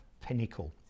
pinnacle